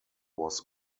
was